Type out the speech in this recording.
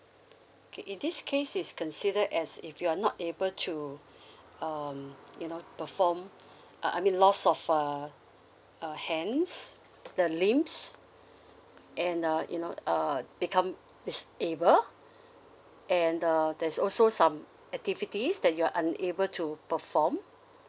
okay in this case is considered as if you're not able to um you know perform uh I mean loss of uh uh hands the limbs and uh you know uh become disable and uh there's also some activities that you're unable to perform